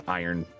iron